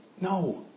No